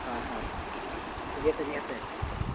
হয় হয় ঠিকে চলি আছে